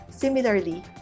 Similarly